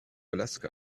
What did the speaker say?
alaska